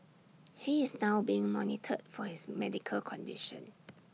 he is now being monitored for his medical condition